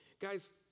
Guys